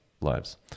lives